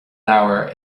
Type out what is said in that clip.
leabhar